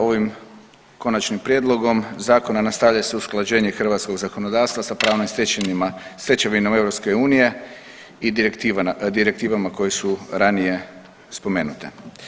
Ovim konačnim prijedlogom zakona nastavlja se usklađenje hrvatskog zakonodavstva sa pravnim stečevinama EU i direktivama koje su ranije spomenute.